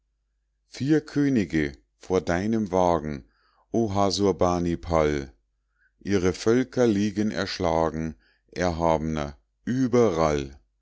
vier könige vor deinem wagen o hasurbanipal ihre völker liegen erschlagen erhabener überall